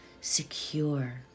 secure